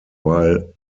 while